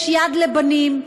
יש יד לבנים.